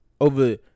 over